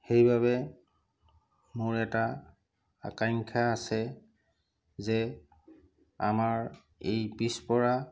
সেইবাবে মোৰ এটা আকাংক্ষা আছে যে আমাৰ এই পিছ পৰা